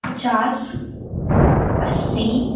पचास अस्सी